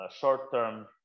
short-term